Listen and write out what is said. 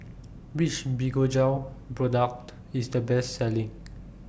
Which Fibogel Product IS The Best Selling